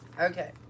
okay